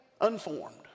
unformed